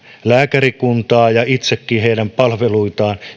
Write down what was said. lääkärikuntaa itsekin heidän palveluitaan